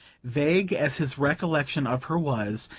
vague as his recollection of her was,